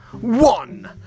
one